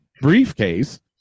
briefcase